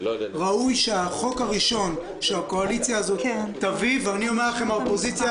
ראוי שהחוק הראשון שהקואליציה הזאת תביא ואני אומר לכם: האופוזיציה